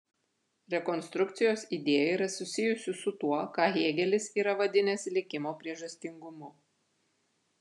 rekonstrukcijos idėja yra susijusi su tuo ką hėgelis yra vadinęs likimo priežastingumu